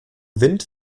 wind